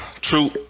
True